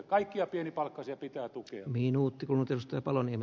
kaikkia pienipalkkaisia pitää tukea